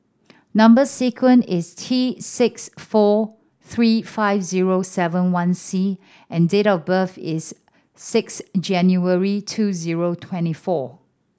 number sequence is T six four three five zero seven one C and date of birth is six January two zero twenty four